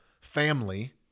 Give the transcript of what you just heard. family